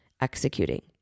executing